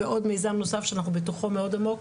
ועוד מיזם נוסף שאנחנו בתוכו מאוד עמוק,